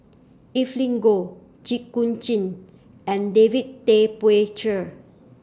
Evelyn Goh Jit Koon Ch'ng and David Tay Poey Cher